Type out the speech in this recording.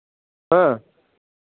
ആ